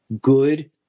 good